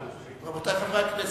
רבותי חברי הכנסת,